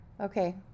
Okay